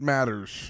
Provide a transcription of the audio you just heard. Matters